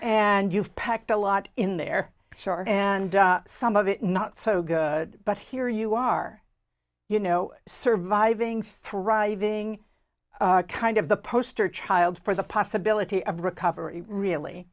and you've packed a lot in there sure and some of it not so good but here you are you know surviving thriving kind of the poster child for the possibility of recovery really